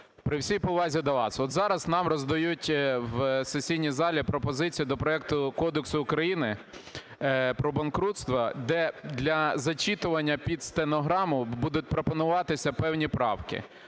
при всій повазі до вас. От зараз нам роздають в сесійній залі пропозиції до проекту Кодексу України про банкрутство, де для зачитування під стенограму будуть пропонуватися певні правки.